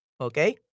Okay